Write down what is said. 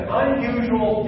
unusual